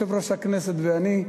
יושב-ראש הכנסת ואני,